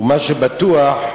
ומה שבטוח,